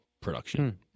production